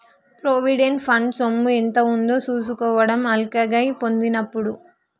provident fund సొమ్ము ఎంత ఉందో చూసుకోవడం అల్కగై పోయిందిప్పుడు